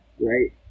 right